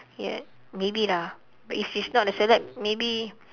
ya maybe lah but if she's not a celeb maybe